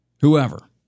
whoever